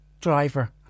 driver